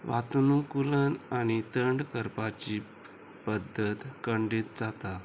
वातुनूकुलन आनी थंड करपाची पद्दत खंडीत जाता